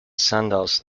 sandals